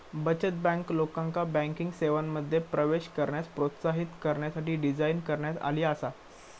बचत बँक, लोकांका बँकिंग सेवांमध्ये प्रवेश करण्यास प्रोत्साहित करण्यासाठी डिझाइन करण्यात आली आसा